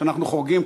שאנחנו חורגים,